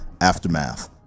Aftermath